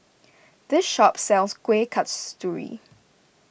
this shop sells Kueh Kasturi